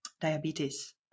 diabetes